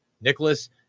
Nicholas